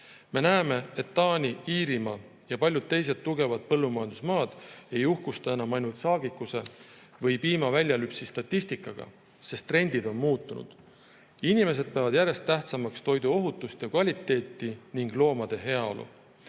Me näeme, et Taani, Iirimaa ja paljud teised tugevad põllumajandusmaad ei uhkusta enam ainult saagikuse või piima väljalüpsi statistikaga, sest trendid on muutunud. Inimesed peavad järjest tähtsamaks toidu ohutust ja kvaliteeti ning loomade heaolu.